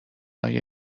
های